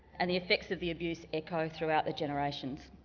and the effects of the abuse echo through out the generations.